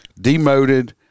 demoted